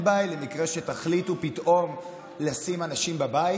ביי למקרה שתחליטו פתאום לשים אנשים בבית?